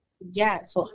Yes